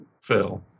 Phil